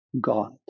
God